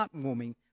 heartwarming